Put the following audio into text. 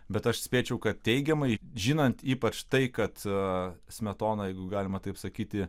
bet aš spėčiau kad teigiamai žinant ypač tai kad smetona jeigu galima taip sakyti